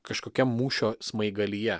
kažkokiam mūšio smaigalyje